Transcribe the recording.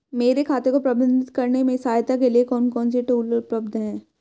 मेरे खाते को प्रबंधित करने में सहायता के लिए कौन से टूल उपलब्ध हैं?